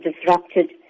disrupted